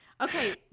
Okay